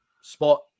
spot